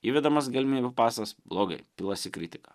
įvedamas galimybių pasas blogai pilasi kritika